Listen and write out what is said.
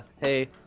hey